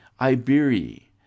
Iberi